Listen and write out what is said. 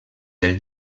del